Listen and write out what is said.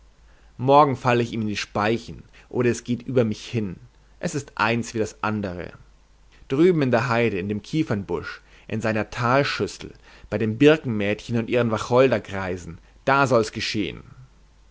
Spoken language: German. morgen falle ich ihm in die speichen oder es geht über mich hin es ist eins wie das andere drüben in der heide in dem kiefernbusch in seiner talschüssel bei dem birkenmädchen und ihren wacholdergreisen da soll's geschehn